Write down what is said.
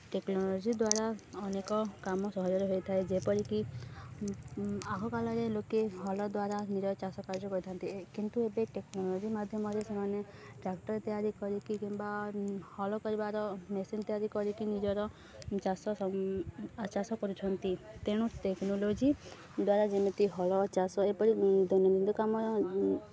technology ଦ୍ୱାରା ଅନେକ କାମ ସହଜରେ ହୋଇଥାଏ ଯେପରିକି ଆଗକାଳରେ ଲୋକେ ହଳ ଦ୍ୱାରା ନିଜର ଚାଷ କାର୍ଯ୍ୟ କରିଥାନ୍ତି କିନ୍ତୁ ଏବେ ଟେକ୍ନୋଲୋଜି ମାଧ୍ୟମରେ ସେମାନେ ଟ୍ରାକ୍ଟର୍ ତିଆରି କରିକି କିମ୍ବା ହଳ କରିବାର ମେସିନ୍ ତିଆରି କରିକି ନିଜର ଚାଷ ଚାଷ କରୁଛନ୍ତି ତେଣୁ ଟେକ୍ନୋଲୋଜି ଦ୍ୱାରା ଯେମିତି ହଳ ଚାଷ ଏପରି ଦୈନନ୍ଦିନ କାମ